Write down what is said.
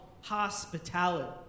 hospitality